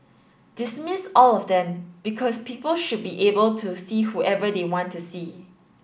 dismiss all of them because people should be able to see whoever they want to see